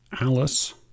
Alice